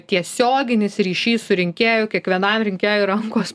tiesioginis ryšys su rinkėju kiekvienam rinkėjui rankos